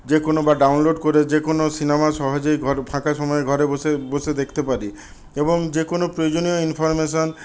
যেকোনও বা ডাউনলোড করে যেকোনও সিনেমা সহজেই ফাঁকা সময় ঘরে বসে বসে দেখতে পারি এবং যেকোনও প্রয়োজনীয় ইনফরমেশন